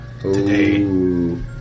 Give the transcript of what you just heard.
Today